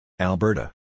Alberta